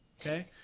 Okay